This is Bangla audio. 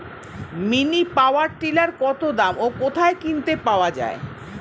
মিনি পাওয়ার টিলার কত দাম ও কোথায় কিনতে পাওয়া যায়?